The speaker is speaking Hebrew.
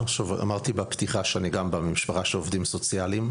אמרתי בפתיחה שאני גם בא ממשפחה של עובדים סוציאליים.